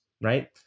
right